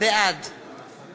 בעד